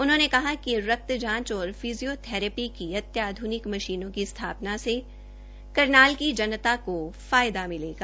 उन्होंने कहा कि रक्तजाचा और फिजियोथैरेपी की अत्याध्निक मशीनों की स्थापना से करनाल की जनता को लाभ मिलेगा